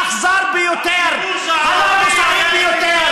האכזר ביותר, הלא-מוסרי ביותר,